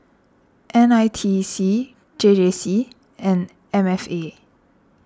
N I T E C J J C and M F A